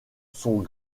sont